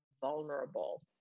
vulnerable